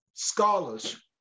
scholars